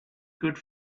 good